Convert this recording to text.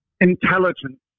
intelligence